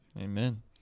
Amen